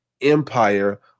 empire